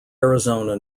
arizona